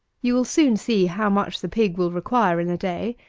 you will soon see how much the pig will require in a day,